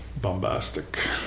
bombastic